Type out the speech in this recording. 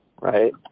right